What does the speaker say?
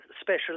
special